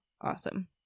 awesome